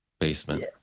basement